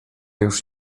już